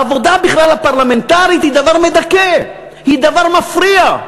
העבודה הפרלמנטרית היא דבר מדכא, היא דבר מפריע.